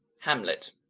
hamlet